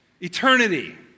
eternity